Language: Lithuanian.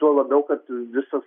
tuo labiau kad visas